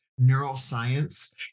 neuroscience